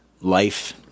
life